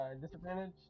Disadvantage